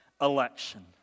election